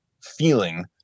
feeling